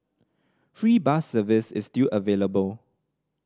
free bus service is still available